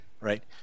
right